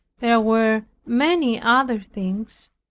there were many other things,